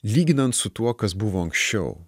lyginant su tuo kas buvo anksčiau